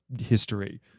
history